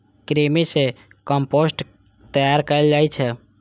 कृमि सं कंपोस्ट तैयार कैल जाइ छै